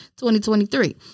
2023